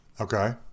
Okay